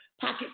pocket